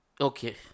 Okay